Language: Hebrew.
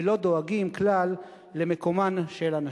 ולא דואגים כלל למקומן של הנשים.